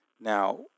Now